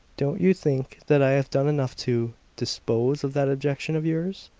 don't you think that i have done enough to dispose of that objection of yours?